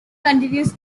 continues